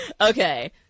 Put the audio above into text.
okay